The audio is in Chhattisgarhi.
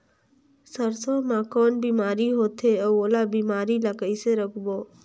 सरसो मा कौन बीमारी होथे अउ ओला बीमारी ला कइसे रोकबो?